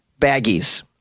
baggies